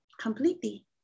completely